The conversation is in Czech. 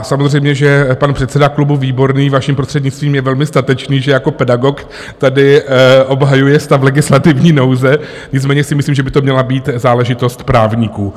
A samozřejmě, že pan předseda klubu Výborný, vaším prostřednictvím, je velmi statečný, že jako pedagog tady obhajuje stav legislativní nouze, nicméně si myslím, že by to měla být záležitost právníků.